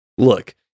Look